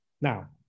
Now